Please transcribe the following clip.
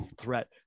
threat